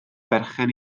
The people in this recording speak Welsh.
berchen